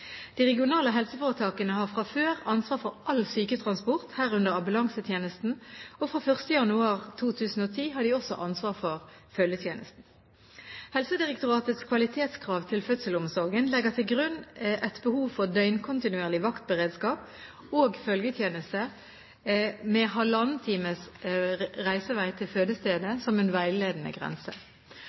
De regionale helseforetakene har fra før ansvar for all syketransport, herunder ambulansetjenesten, og fra 1. januar 2010 fikk de også ansvar for følgetjenesten. Helsedirektoratets kvalitetskrav til fødselsomsorgen legger til grunn et behov for døgnkontinuerlig vaktberedskap og følgetjeneste med halvannen times reisevei til fødestedet som en veiledende grense.